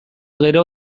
gero